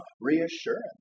reassurance